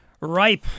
Ripe